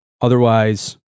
otherwise